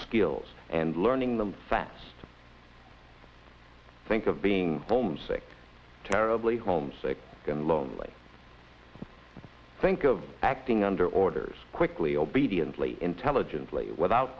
skills and learning them fast think of being homesick terribly homesick and lonely think of acting under orders quickly obediently intelligently without